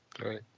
Right